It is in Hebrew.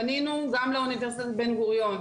פנינו גם לאוניברסיטת בן גוריון.